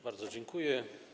Bardzo dziękuję.